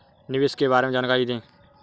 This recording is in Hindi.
निवेश के बारे में जानकारी दें?